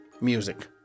music